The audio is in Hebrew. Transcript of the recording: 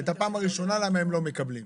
את הפעם הראשונה למה הם לא מקבלים?